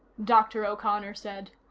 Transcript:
dr. o'connor said.